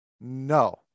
no